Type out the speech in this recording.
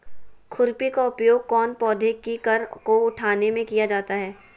खुरपी का उपयोग कौन पौधे की कर को उठाने में किया जाता है?